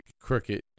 crooked